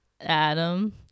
Adam